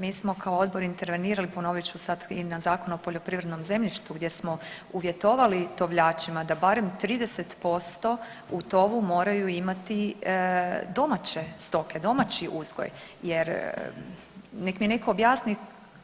Mi smo kao odbor intervenirali, ponovit ću sad i na Zakon o poljoprivrednom zemljištu gdje smo uvjetovali tovljačima da barem 30% u tovu moraju imati domaće stoke, domaći uzgoj jer nek mi netko objasni